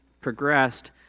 progressed